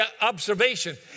observation